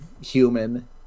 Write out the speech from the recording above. human